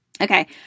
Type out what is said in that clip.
Okay